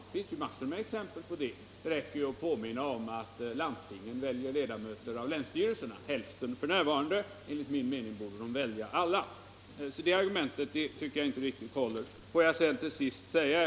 Det finns massor med exempel på detta. Det räcker att påminna om att landstingen f. n. väljer hälften av antalet ledamöter i länsstyrelserna. Enligt min mening borde landstingen välja alla ledamöter. Så fru Dahls argument i detta avseende tycker jag inte håller riktigt.